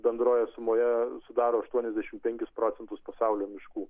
bendroje sumoje sudaro aštuoniasdešimt penkis procentus pasaulio miškų